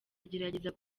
agerageza